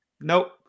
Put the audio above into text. nope